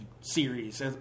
series